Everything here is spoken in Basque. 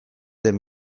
den